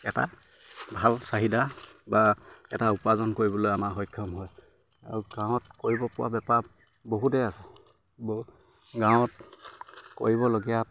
এটা ভাল চাহিদা বা এটা উপাৰ্জন কৰিবলৈ আমাৰ সক্ষম হয় আৰু গাঁৱত কৰিব পৰা বেপাৰ বহুতেই আছে গাঁৱত কৰিবলগীয়া